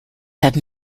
have